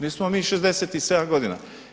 Nismo mi 67 godina.